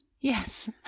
Yes